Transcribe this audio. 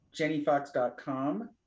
jennyfox.com